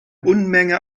unmenge